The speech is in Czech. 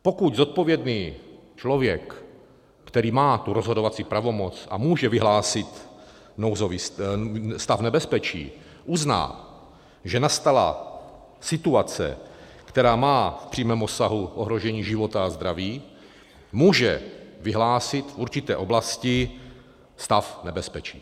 Pokud zodpovědný člověk, který má tu rozhodovací pravomoc a může vyhlásit stav nebezpečí, uzná, že nastala situace, která má v přímém obsahu ohrožení života a zdraví, může vyhlásit v určité oblasti stav nebezpečí.